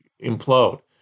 implode